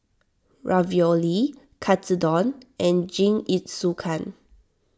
Ravioli Katsudon and Jingisukan